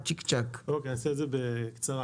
אעשה את זה בקצרה.